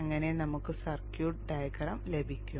അങ്ങനെ നമുക്ക് circuit diagram ലഭിക്കും